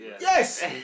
Yes